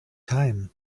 time